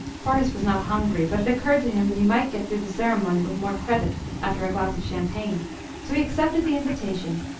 horace was not hungry, but it occurred to him that he might get through the ceremony with more credit after a glass of champagne so he accepted the invitation,